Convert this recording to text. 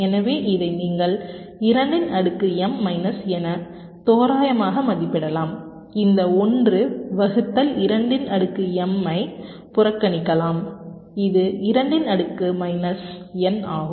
எனவே இதை நீங்கள் 2 இன் அடுக்கு m மைனஸ் n என தோராயமாக மதிப்பிடலாம் இந்த 1 வகுத்தல் 2 இன் அடுக்கு m ஐ புறக்கணிக்கலாம் இது 2 இன் அடுக்கு மைனஸ் n ஆகும்